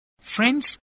Friends